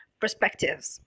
perspectives